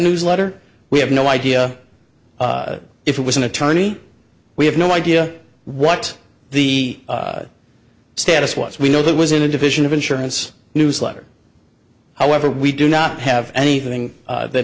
newsletter we have no idea if it was an attorney we have no idea what the status was we know that was in a division of insurance newsletter however we do not have anything that